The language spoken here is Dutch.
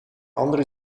andere